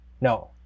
No